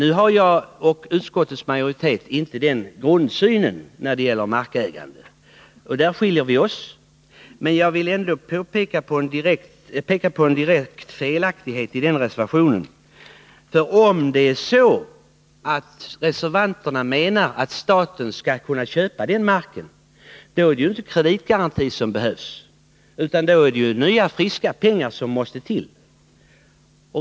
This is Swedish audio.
Men jag och utskottets majoritet har inte den grundsynen när det gäller markägandet. Jag vill peka på en direkt felaktighet i denna reservation: Om reservanterna menar att staten skall kunna köpa marken är det inte kreditgarantier som behövs, utan då är det nya friska pengar som måste till.